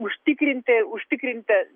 užtikrinti užtikrinti